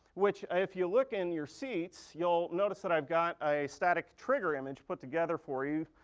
which if you look in your seats, you'll notice that i've got a static trigger image put together for you.